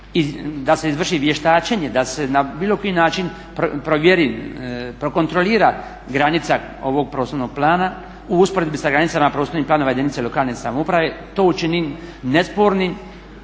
da se izvrši vještačenje, da se na bilo koji način provjeri, prekontrolira granica ovog prostornog plana u usporedbi s granicama i prostornim planova jedinice lokalne samouprave to učini nespornim,